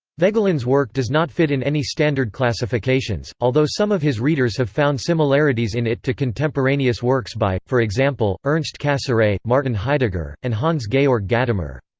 voegelin's work does not fit in any standard classifications, although some of his readers have found similarities in it to contemporaneous works by, for example, ernst cassirer, martin heidegger, and hans-georg gadamer.